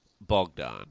Bogdan